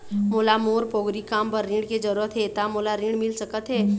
मोला मोर पोगरी काम बर ऋण के जरूरत हे ता मोला ऋण मिल सकत हे?